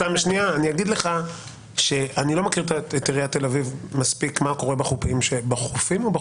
את עיריית תל אביב מספיק, ומה קורה בחופים שלה.